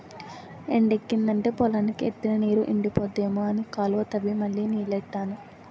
ఎండెక్కిదంటే పొలానికి ఎట్టిన నీరు ఎండిపోద్దేమో అని కాలువ తవ్వి మళ్ళీ నీల్లెట్టాను